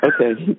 Okay